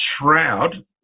shroud